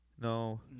No